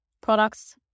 products